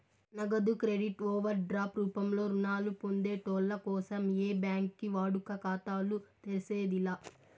నగదు credit overdraft రూపంలో రుణాలు పొందేటోళ్ళ కోసం ఏ బ్యాంకి వాడుక ఖాతాలు తెర్సేది లా